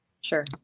Sure